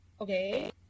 okay